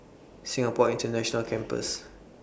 Singapore International Campus